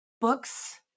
books